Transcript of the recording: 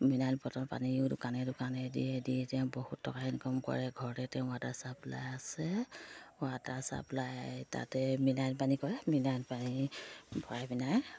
mineral bottle পানীও দোকানে দোকানে দিয়ে দি তেওঁ বহুত টকা ইনকাম কৰে ঘৰতে তেওঁ ৱাটাৰ ছাপ্লাই আছে ৱাটাৰ ছাপ্লাই তাতে মিনাৰেল পানী কৰে মিনাৰেল পানী ভৰাই পিনে